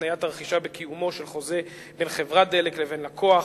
התניית הרכישה בקיומו של חוזה בין חברת דלק לבין לקוח.